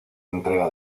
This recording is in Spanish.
entrega